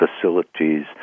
facilities